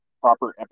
proper